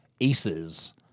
aces